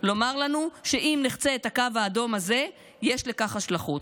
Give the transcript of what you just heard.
ולומר לנו שאם נחצה את הקו האדום הזה יש לכך השלכות.